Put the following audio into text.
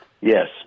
Yes